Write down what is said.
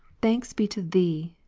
thanks be to thee,